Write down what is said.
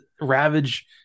Ravage